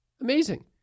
amazing